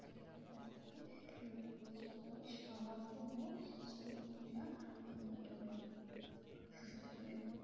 ডাক্তারের কাছ থেকে চিকিৎসকের পরামর্শ নিয়ে সেগুলো আমরা ইয়ে করে নিই সুস্থ করে নিই